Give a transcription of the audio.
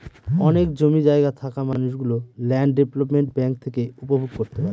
অনেক জমি জায়গা থাকা মানুষ গুলো ল্যান্ড ডেভেলপমেন্ট ব্যাঙ্ক থেকে উপভোগ করতে পারে